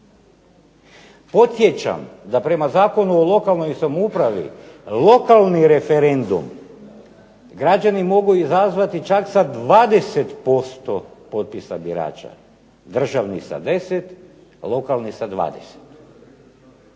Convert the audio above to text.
Podsjećam da prema Zakonu o lokalnu samoupravi, lokalni referendum građani mogu izazvati čak sa 20% potpisa birača, državni sa 10%, lokalni sa 20.